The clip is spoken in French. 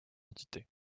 entité